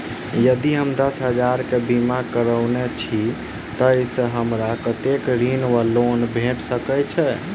यदि हम दस हजार केँ बीमा करौने छीयै तऽ हमरा कत्तेक ऋण वा लोन भेट सकैत अछि?